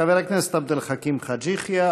חבר הכנסת עבד אל חכים חאג' יחיא.